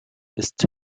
ist